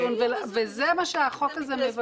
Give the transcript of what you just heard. וזה מה שהחוק הזה מבקש.